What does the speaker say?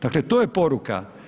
Dakle to je poruka.